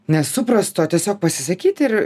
nesuprastu o tiesiog pasisakyti ir